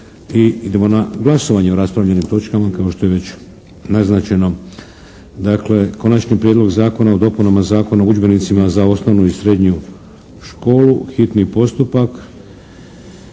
idemo na glasovanje o raspravljenim točkama kao što je već naznačeno. Dakle, - Konačni prijedlog zakona o dopunama Zakona o udžbenicima za osnovnu i srednju školu, hitni postupak,